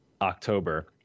October